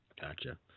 Gotcha